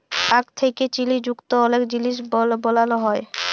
আখ থ্যাকে চিলি যুক্ত অলেক জিলিস বালালো হ্যয়